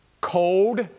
cold